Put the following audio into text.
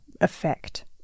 effect